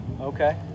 Okay